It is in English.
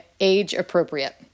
age-appropriate